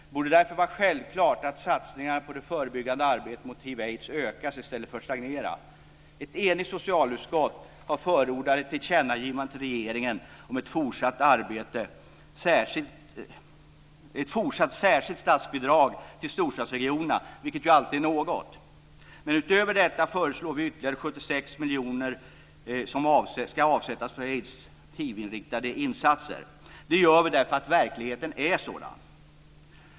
Det borde därför vara självklart att satsningarna på det förebyggande arbetet mot hiv aids-inriktade insatser. Det gör vi därför att verkligheten är sådan.